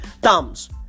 thumbs